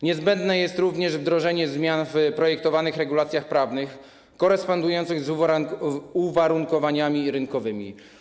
Niezbędne jest również wdrożenie zmian w projektowanych regulacjach prawnych korespondujących z uwarunkowaniami rynkowymi.